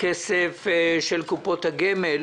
הכסף של קופות הגמל.